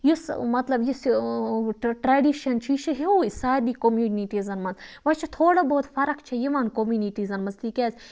یُس مَطلَب یُس یہِ ٹریٚڈِشَن چھُ یہِ چھُ ہِوُے سارنٕے کومیونِٹیٖزَن مَنٛز وۄنۍ چھِ تھوڑا بہت فَرَق چھِ یِوان کومیونِٹیٖزَن مَنٛز تکیازِ